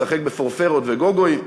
לשחק בפורפרות וגוגואים.